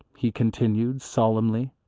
he continued solemnly.